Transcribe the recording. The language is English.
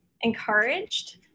encouraged